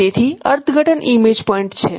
તેથી અર્થઘટન image point છે